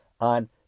on